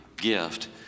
gift